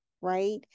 right